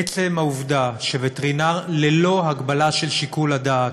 עצם העובדה שווטרינר, ללא הגבלה של שיקול הדעת,